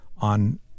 on